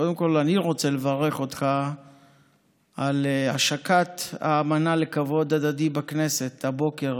קודם כול אני רוצה לברך אותך על השקת האמנה לכבוד הדדי בכנסת הבוקר,